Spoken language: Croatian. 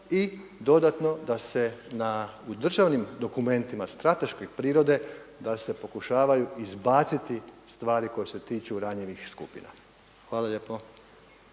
i dodatno da se u državnim dokumentima strateške prirode da se pokušavaju izbaciti stvari koje se tiču ranjivih skupina. Hvala lijepo.